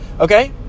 Okay